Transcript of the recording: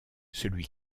celui